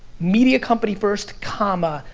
media company first, comma,